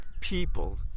people